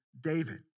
David